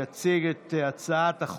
אני עצמי ייצגתי נער